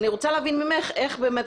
אני רוצה להבין ממך איך באמת.